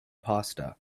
pasta